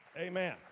Amen